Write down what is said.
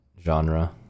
genre